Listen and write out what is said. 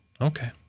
okay